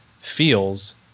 feels